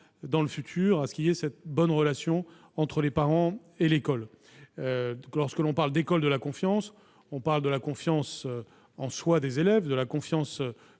dans le futur cette bonne relation entre les parents et l'école. Lorsque l'on parle d'école de la confiance, il est question de la confiance en eux des élèves, de la confiance